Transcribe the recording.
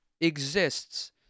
exists